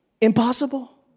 Impossible